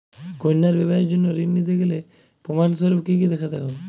কন্যার বিবাহের জন্য ঋণ নিতে গেলে প্রমাণ স্বরূপ কী কী দেখাতে হবে?